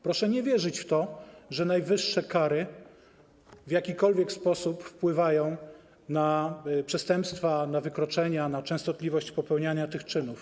Proszę nie wierzyć w to, że najwyższe kary w jakikolwiek sposób wpływają na przestępstwa, na wykroczenia, na częstotliwość popełniania tych czynów.